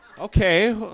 Okay